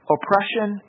Oppression